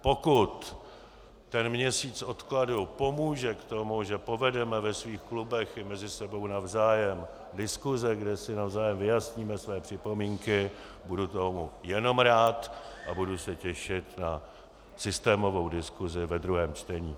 Pokud ten měsíc odkladu pomůže k tomu, že povedeme ve svých klubech i mezi sebou navzájem diskusi, kde si navzájem vyjasníme své připomínky, budu tomu jenom rád a budu se těšit na systémovou diskusi ve druhém čtení.